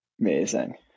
Amazing